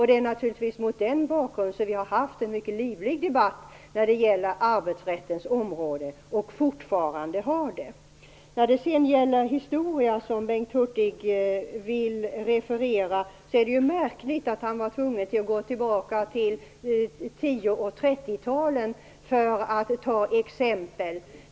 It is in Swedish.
Det är naturligtvis mot den bakgrunden vi har haft en mycket livlig debatt på arbetsrättens område och fortfarande har det. Bengt Hurtig vill referera historia. Det är märkligt att han är tvungen att gå tillbaka till 30 och 40-talen för att ta exempel.